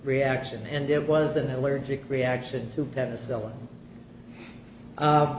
reaction and it was an allergic reaction to penicillin